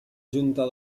junta